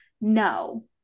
No